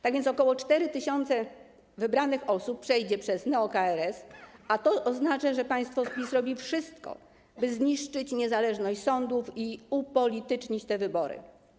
Tak więc ok. 4 tys. wybranych osób przejdzie przez neo-KRS, a to oznacza, że państwo PiS robi wszystko, by zniszczyć niezależność sądów i upolitycznić te wybory.